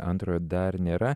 antro dar nėra